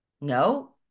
No